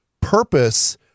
purpose